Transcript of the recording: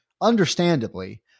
Understandably